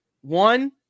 One